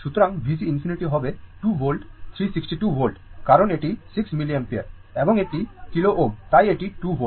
সুতরাংVC ∞ হবে 2 volt 3 6 2 volt কারণ এটি 6 মিলিঅ্যাম্পিয়ার এবং এটি kilo Ω তাই এটি 2 volt